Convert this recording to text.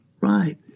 right